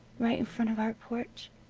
right in front of our porch,